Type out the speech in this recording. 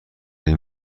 این